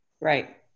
Right